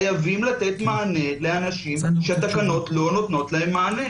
חייבים לתת מענה לאנשים שהתקנות לא נותנות להם מענה.